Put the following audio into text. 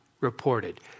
reported